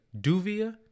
Duvia